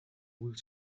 wheel